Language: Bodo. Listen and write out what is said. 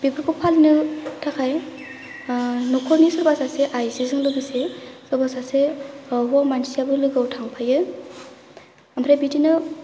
बेफोरखौ फालिनो थाखाय न'खरनि सोरबा सासे आइजोजों लोगोसे सासे हौवा मानसियाबो लोगोसे थांफायो ओमफ्राय बिदिनो